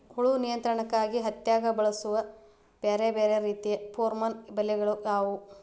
ಹುಳು ನಿಯಂತ್ರಣಕ್ಕಾಗಿ ಹತ್ತ್ಯಾಗ್ ಬಳಸುವ ಬ್ಯಾರೆ ಬ್ಯಾರೆ ರೇತಿಯ ಪೋರ್ಮನ್ ಬಲೆಗಳು ಯಾವ್ಯಾವ್?